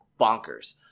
bonkers